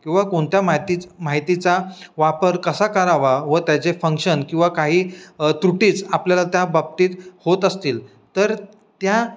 किंवा कोणत्या माहितीच माहितीचा वापर कसा करावा व त्याचे फंक्शन किंवा काही त्रुटीच आपल्याला त्या बाबतीत होत असतील तर त्या